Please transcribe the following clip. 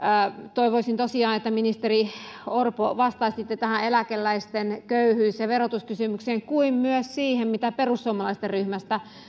toivoisin tosiaan että ministeri orpo vastaisitte tähän eläkeläisten köyhyys ja verotuskysymykseen kuten myös siihen mitä perussuomalaisten ryhmästä